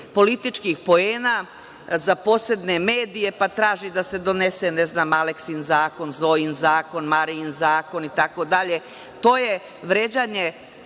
političkih poena zaposedne medije, pa traži da se donese, ne znam, Aleksin zakon, Zojin zakon, Marijin zakon itd, to je vređanje